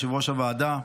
יושב-ראש הוועדה,